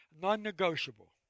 non-negotiable